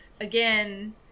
again